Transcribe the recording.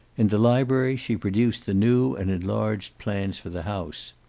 in the library she produced the new and enlarged plans for the house.